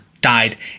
died